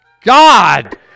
God